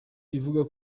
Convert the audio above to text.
ivuga